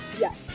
Yes